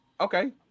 Okay